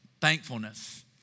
thankfulness